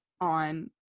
on